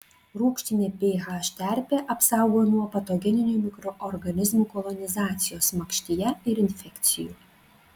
rūgštinė ph terpė apsaugo nuo patogeninių mikroorganizmų kolonizacijos makštyje ir infekcijų